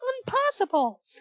Impossible